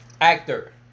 Actor